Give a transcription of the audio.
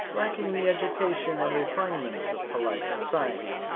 lacking the education and refinements of polite society,